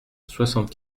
soixante